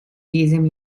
diesem